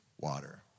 water